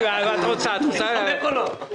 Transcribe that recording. אתם הסכמתם להקפאה,